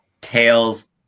Tails